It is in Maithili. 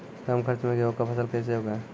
कम खर्च मे गेहूँ का फसल कैसे उगाएं?